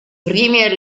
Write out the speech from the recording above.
premier